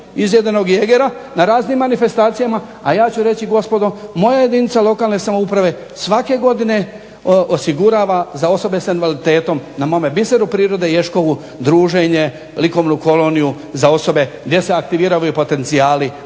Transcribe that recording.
izjedenog Jegera na raznim manifestacijama. A ja ću reći gospodo moja jedinica lokalne samouprave svake godine osigurava za osobe sa invaliditetom na mome biseru prirode Ješkovu druženje, likovnu koloniju za osobe gdje se aktiviraju ovi potencijali